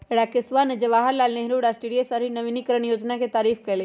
राकेशवा ने जवाहर लाल नेहरू राष्ट्रीय शहरी नवीकरण योजना के तारीफ कईलय